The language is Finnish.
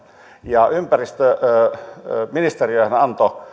ja ympäristöministeriöhän antoi